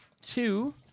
two